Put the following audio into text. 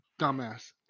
dumbass